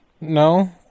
No